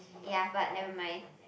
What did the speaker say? ya but never mind